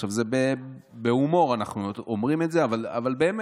עכשיו, אנחנו אומרים את זה בהומור, אבל באמת